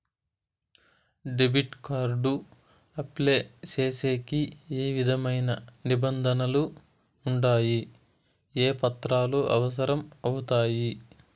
Debit card apply సేసేకి ఏ విధమైన నిబంధనలు ఉండాయి? ఏ పత్రాలు అవసరం అవుతాయి?